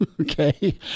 Okay